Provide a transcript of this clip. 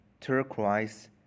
turquoise